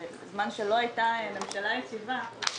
בזמן שלא הייתה ממשלה יציבה,